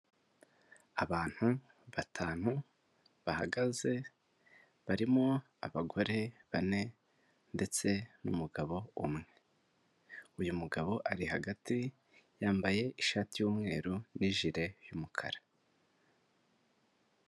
Abantu batanu bahagaze barimo abagore bane ndetse n'umugabo umwe, uyu mugabo ari hagati yambaye ishati y'umweru n'ijire y'umukara.